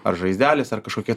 ar žaizdelės ar kažkokie